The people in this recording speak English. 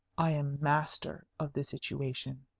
i am master of the situation!